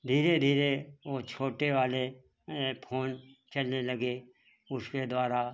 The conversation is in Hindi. धीरे धीरे वो छोटे वाले फोन चलने लगे उसके द्वारा